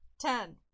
Ten